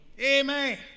Amen